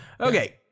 Okay